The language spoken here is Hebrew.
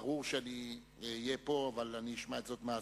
ברור שאני אהיה פה, אבל אני אשמע זאת מהספסלים.